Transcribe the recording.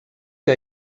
que